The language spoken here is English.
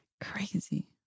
Crazy